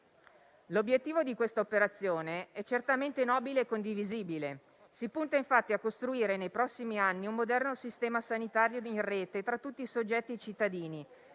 L'obiettivo di questa operazione è certamente nobile e condivisibile. Si punta infatti a costruire nei prossimi anni un moderno sistema sanitario in Rete tra tutti i soggetti cittadini,